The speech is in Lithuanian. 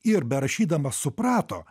ir berašydamas suprato